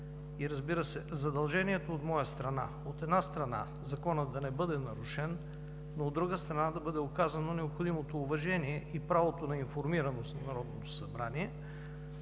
и разбира се, задължението от моя страна, от една страна, законът да не бъде нарушен, но, от друга страна, да бъде оказано необходимото уважение и правото на информираност на Народното събрание,